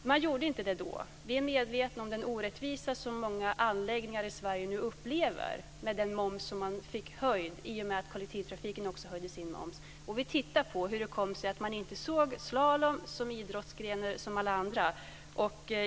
Man gjorde inte det då. Vi är medvetna om den orättvisa som många anläggningar i Sverige nu upplever i och med den moms som höjdes i och med att momsen på kollektivtrafiken höjdes, och vi tittar på hur det kom sig att man inte såg slalom som en idrottsgren som alla andra.